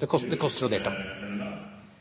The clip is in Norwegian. Det